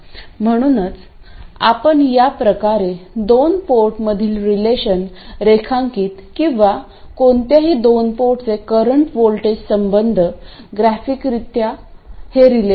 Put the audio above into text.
म्हणूनच आपण या प्रकारे दोन पोर्टमधील रेलेशन् रेखांकित किंवा कोणत्याही दोन पोर्टचे करंट व्होल्टेज संबंध ग्राफिकरित्या हे रेलेशन् दर्शवू शकतो